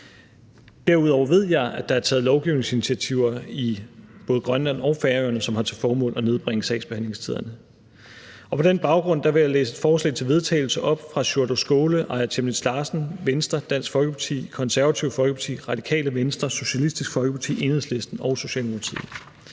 Derudover ved jeg, at der er taget lovgivningsinitiativer i både Grønland og på Færøerne, som har til formål at nedbringe sagsbehandlingstiderne. På den baggrund vil jeg læse et forslag til vedtagelse op fra Sjúrður Skaale (JF), Aaja Chemnitz Larsen (IA), Venstre, Dansk Folkeparti, Det Konservative Folkeparti, Radikale Venstre, Socialistisk Folkeparti, Enhedslisten og Socialdemokratiet: